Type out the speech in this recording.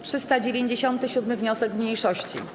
397. wniosek mniejszości.